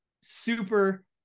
super